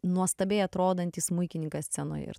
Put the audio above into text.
nuostabiai atrodantį smuikininkas scenoje ir